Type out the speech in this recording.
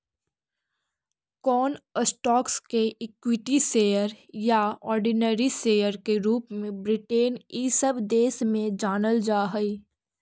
कौन स्टॉक्स के equity share या ऑर्डिनरी शेयर के रूप में ब्रिटेन इ सब देश में जानल जा हई